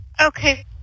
Okay